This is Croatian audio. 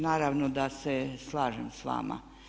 Naravno da se slažem s vama.